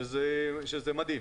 שזה מדהים.